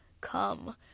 come